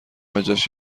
بجاش